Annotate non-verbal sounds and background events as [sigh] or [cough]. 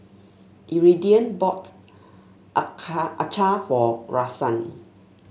Iridian bought [unintelligible] acar for Rahsaan